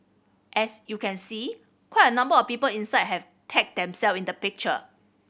as you can see quite a number of people inside have tagged themself in the picture